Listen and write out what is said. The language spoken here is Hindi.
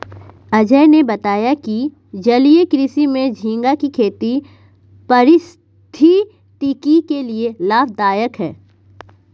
अजय ने बताया कि जलीय कृषि में झींगा की खेती पारिस्थितिकी के लिए लाभदायक है